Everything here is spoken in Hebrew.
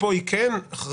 ופה היא כן אחראית,